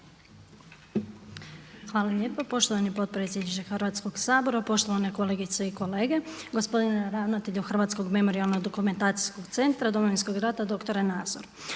Marijana (HDZ)** poštovani potpredsjedniče Hrvatskog sabora, poštovane kolegice i kolege, gospodine ravnatelju Hrvatskog memorijalno-dokumentacijskog centra Domovinskog rata doktore Nazor.